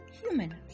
human